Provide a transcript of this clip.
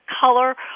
color